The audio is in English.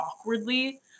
awkwardly